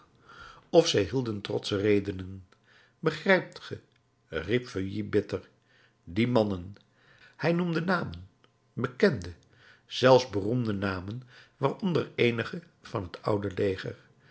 of zij hielden trotsche redenen begrijpt ge riep feuilly bitter die mannen en hij noemde namen bekende zelfs beroemde namen waaronder eenige van het oude leger